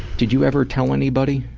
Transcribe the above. did you ever tell anybody?